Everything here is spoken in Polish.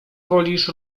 wolisz